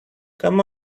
come